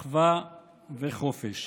אחווה וחופש.